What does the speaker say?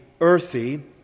earthy